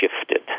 shifted